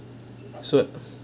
so